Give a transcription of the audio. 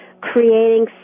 creating